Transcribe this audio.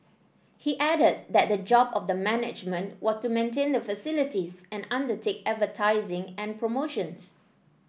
he added that the job of the management was to maintain the facilities and undertake advertising and promotions